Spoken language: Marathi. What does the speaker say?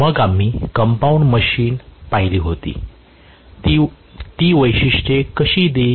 मग आम्ही कंपाऊंड मशीन पाहिली होती ती वैशिष्ट्ये कशी देतील